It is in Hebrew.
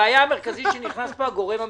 הבעיה המרכזית שנכנס פה הגורם המשפטי.